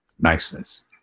Niceness